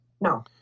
no